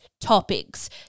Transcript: topics